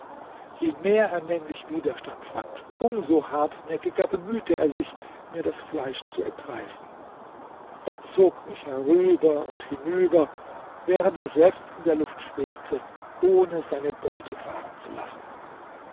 je mehr er nämlich widerstand fand um so hartnäckiger bemühte er sich mir das fleisch zu entreißen er zog mich herüber und hinüber während er selbst in der luft schwebte ohne seine beute fahren zu lassen